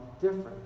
different